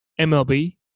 MLB